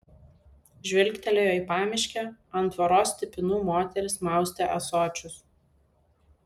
žvilgtelėjo į pamiškę ant tvoros stipinų moteris maustė ąsočius